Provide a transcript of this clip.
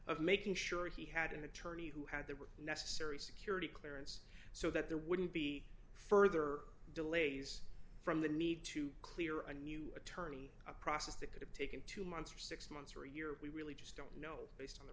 of making sure he had an attorney who had there were necessary security clearance so that there wouldn't be further delays from the need to clear a new attorney a process that could have taken two months or six months or a year we really just don't know based on